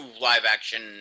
live-action